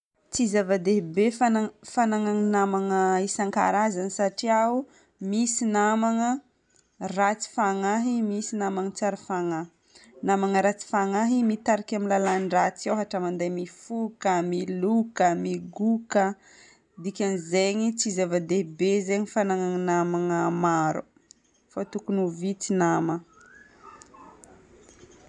Tsy zava-dehibe fagna- fagnanana namagna isankarazany satria misy namagna ratsy fagnahy, misy namagna tsara fagnahy. Namagna ratsy fagnahy mitarika amin'ny lalan-dratsy ôhatra mandeha mifoka, miloka, migoka. Dikan'izegny tsy zava-dehibe zegny fagnanana namagna maro fa tokony ho vitsy namagna.